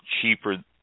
cheaper